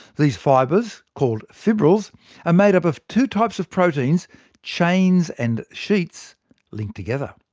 these fibres called fibrils are made up of two types of proteins chains and sheets linked together.